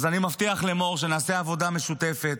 אז אני מבטיח למור שנעשה עבודה משותפת,